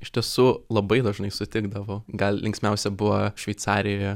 iš tiesų labai dažnai sutikdavau gal linksmiausia buvo šveicarijoje